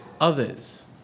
others